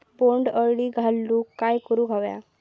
बोंड अळी घालवूक काय करू व्हया?